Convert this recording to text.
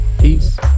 Peace